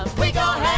we got